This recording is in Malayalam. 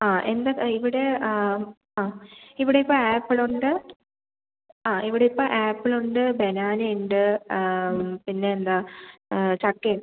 ആ എന്താണ് ആ ഇവിടെ ആ ആ ഇവിടെ ഇപ്പം ആപ്പിളൊണ്ട് ആ ഇവിടെ ഇപ്പം ആപ്പിളൊണ്ട് ബനാനയുണ്ട് പിന്നെ എന്താണ് ചക്കേം